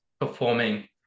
performing